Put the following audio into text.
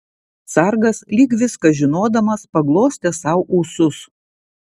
sargas lyg viską žinodamas paglostė sau ūsus